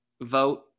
vote